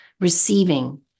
receiving